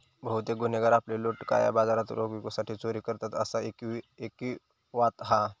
बहुतेक गुन्हेगार आपली लूट काळ्या बाजारात रोख विकूसाठी चोरी करतत, असा ऐकिवात हा